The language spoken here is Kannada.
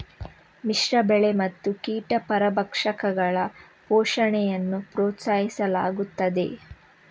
ಮಿಶ್ರ ಬೆಳೆ ಮತ್ತು ಕೀಟ ಪರಭಕ್ಷಕಗಳ ಪೋಷಣೆಯನ್ನು ಪ್ರೋತ್ಸಾಹಿಸಲಾಗುತ್ತದೆ